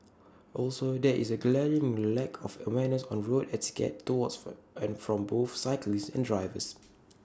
also there is A glaring lack of awareness on road etiquette towards and from both cyclists and drivers